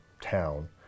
town